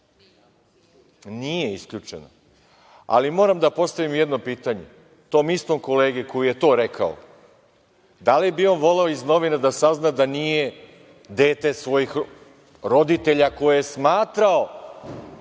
Nije isključena. Moram da postavim jedno pitanje tom istom kolegi koji je to rekao. Da li bi on voleo iz novina da sazna da nije dete svojih roditelja koje je smatrao